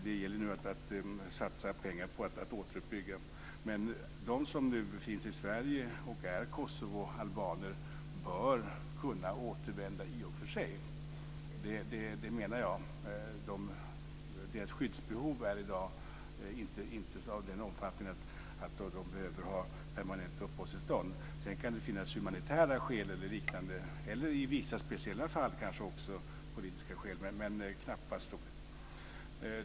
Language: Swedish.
Det gäller nu att satsa pengar på att återuppbygga. De kosovoalbaner som nu befinner sig i Sverige bör i och för sig kunna återvända. Det menar jag. Deras skyddsbehov är i dag inte av den omfattningen att de behöver permanent uppehållstillstånd. Sedan kan det ju finnas humanitära eller liknande skäl, eller i vissa speciella fall kanske också politiska skäl - men det sistnämnda är knappast troligt.